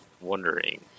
wondering